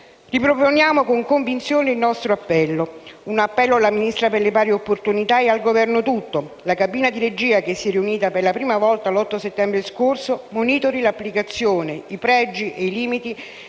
Riproponiamo con convinzione il nostro appello. Un appello alla Ministra per le pari opportunità e al Governo tutto: la cabina di regia, che si è riunita per la prima volta l'8 settembre scorso, monitori l'applicazione, i pregi e i limiti